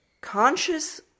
conscious